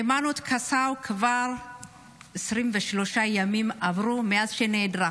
היימנוט קסאו, עברו כבר 23 ימים מאז שהיא נעדרה,